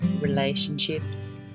relationships